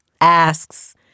asks